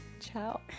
Ciao